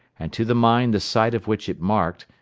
and to the mine the site of which it marked,